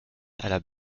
aller